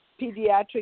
pediatric